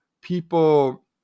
people